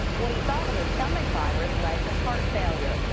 what he thought was a stomach virus led to heart failure.